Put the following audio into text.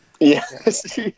yes